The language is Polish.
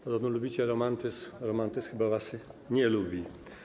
Podobno lubicie romantyzm, a romantyzm chyba was nie lubi.